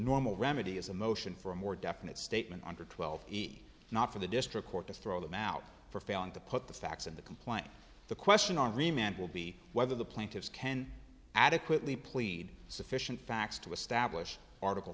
normal remedy is a motion for a more definite statement under twelve he not for the district court to throw them out for failing to put the facts in the complaint the question remains will be whether the plaintiffs can adequately plead sufficient facts to establish article